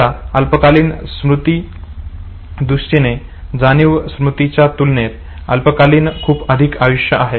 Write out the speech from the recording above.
आता अल्पकालीन स्मृती दृष्टीने जाणीव स्मृतीच्या तुलनेत अल्पकालीनला खुप अधिक आयुष्य आहे